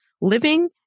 living